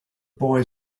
boy